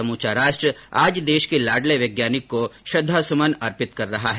समूचा राष्ट्र आज देश के लाडले वैज्ञानिक को श्रद्धासुमन अर्पित कर रहा है